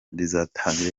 bizatangira